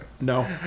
No